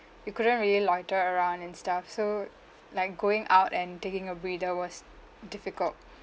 you couldn't really loiter around and stuff so like going out and taking a breather was difficult